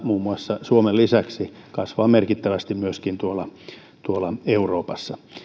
muun muassa valkoposkihanhien kanta suomen lisäksi kasvaa merkittävästi myöskin euroopassa